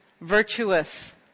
virtuous